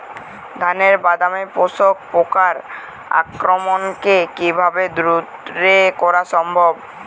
ধানের বাদামি শোষক পোকার আক্রমণকে কিভাবে দূরে করা সম্ভব?